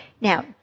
Now